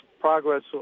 progress